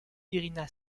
irina